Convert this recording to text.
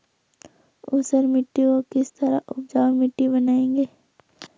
ऊसर मिट्टी को किस तरह उपजाऊ मिट्टी बनाएंगे?